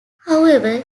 however